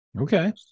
Okay